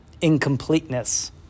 incompleteness